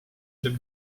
seal